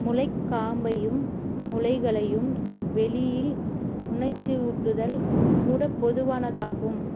முலைக் காம்பையும் முலைகளையும் வெளியில் உணர்ச்சியூட்டுதல் கூட பொதுவானதாகும்